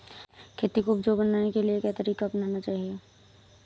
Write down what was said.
खेती को उपजाऊ बनाने के लिए क्या तरीका अपनाना चाहिए?